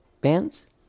bands